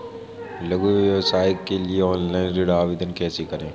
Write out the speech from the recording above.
लघु व्यवसाय के लिए ऑनलाइन ऋण आवेदन कैसे करें?